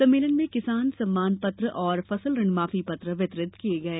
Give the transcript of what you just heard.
सम्मेलन में किसान सम्मान पत्र और फसल ऋण माफी पत्र वितरित किये गये